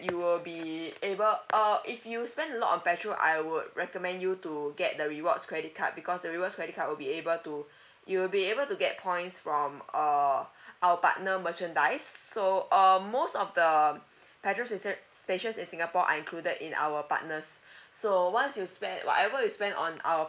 you will be able uh if you spend a lot on petrol I would recommend you to get the rewards credit card because the rewards credit card will be able to you'll be able to get points from uh our partner merchandise so uh most of the petrol stati~ stations in singapore are included in our partners so once you spend whatever you spent on our